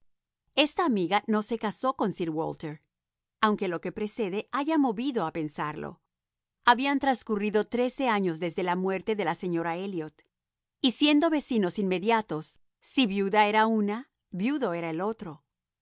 esta amiga no se casó con sir walter aunque lo que precede haya movido a pensarlo habían transcurrido trece años desde la muerte de la señora elliot y siendo vecinos inmediatos si viuda era una viudo era el obro